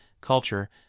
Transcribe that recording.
culture